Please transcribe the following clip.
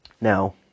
Now